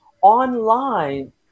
online